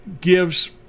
gives